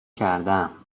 کردم